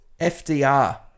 FDR